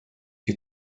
you